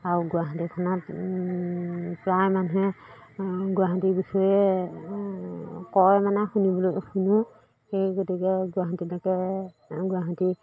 আৰু গুৱাহাটীখনত প্ৰায় মানুহে গুৱাহাটীৰ বিষয়ে কয় মানে শুনিবলৈ শুনো সেই গতিকে গুৱাহাটীলৈকে গুৱাহাটী